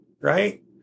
Right